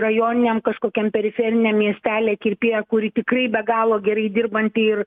rajoniniam kažkokiam periferiniam miestely kirpėja kuri tikrai be galo gerai dirbanti ir